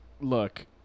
look